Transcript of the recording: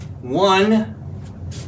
one